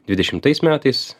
dvidešimtais metais